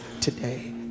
Today